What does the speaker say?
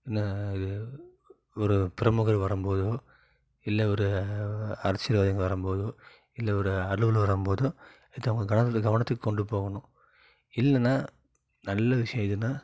என்ன அது ஒரு ப்ரம்முகர் வரும் போது இல்லை ஒரு அரசியல் வாதிங்க வரும் போது இல்லை ஒரு அலுவலர் வரும் போது இதை அவங்க கனவத்துக்கு கவனத்துக்கு கொண்டுப் போகணும் இல்லைன்னா நல்ல விஷயம் எதுன்னா